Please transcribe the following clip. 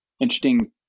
interesting